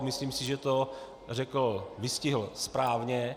Myslím si, že to vystihl správně.